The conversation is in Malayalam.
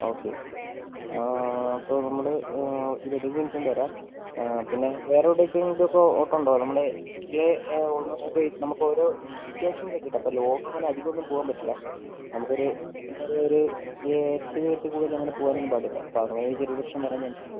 ഓക്കെ അപ്പോൾ നമ്മള് ഇരുപത്തഞ്ച് മിനിറ്റ് കൊണ്ട് വരാം പിന്നെ വേറെ എവിടേക്ക് എങ്കിലും അപ്പം ഓട്ടം ഉണ്ടോ നമ്മള് വീട്ടില് ഓൾമോസ്റ്റ് ഇപ്പം നമുക്ക് ഒരോ ലിമിറ്റേഷൻസ് ഒക്കെ ഉണ്ട് അപ്പം ലോകം അങ്ങനെ അധികം ഒന്നും പോവാൻ പറ്റില്ല നമുക്ക് ഒര് എന്താ പറയുക ഒര് എ സി ഇട്ട് കൂടുതല് അങ്ങനെ പോവാൻ ഒന്നും പാടില്ല അപ്പം അങ്ങനെ ഒര് ചെറിയ പ്രശ്നം വരാൻ ചാൻസുണ്ട്